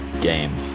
game